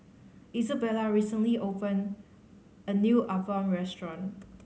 Izabella recently opened a new Appam restaurant